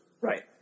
Right